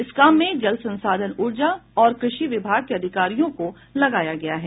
इस काम में जल संसाधन ऊर्जा और कृषि विभाग के अधिकारियों को लगाया गया है